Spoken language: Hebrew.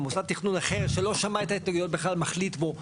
ומוסד תכנון אחר שלא שמע את ההתנגדויות בכלל מחליט פה,